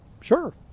sure